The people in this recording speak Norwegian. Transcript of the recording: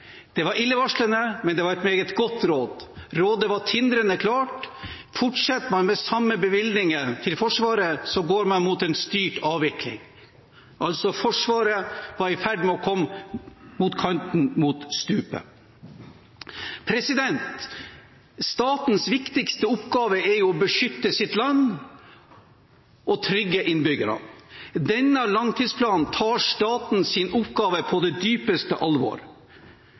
men det var et meget godt råd. Rådet var tindrende klart: Fortsetter man med de samme bevilgninger til Forsvaret, går man mot en styrt avvikling. Forsvaret var altså i ferd med å gå mot kanten av stupet. Statens viktigste oppgave er å beskytte landet og trygge innbyggerne. Denne langtidsplanen tar statens oppgave på dypeste alvor.